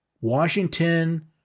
Washington